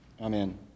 Amen